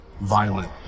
violent